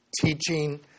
teaching